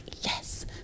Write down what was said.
yes